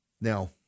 Now